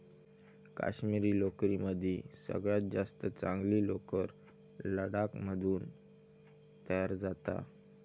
काश्मिरी लोकरीमदी सगळ्यात जास्त चांगली लोकर लडाख मधून तयार जाता